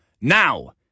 Now